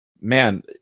man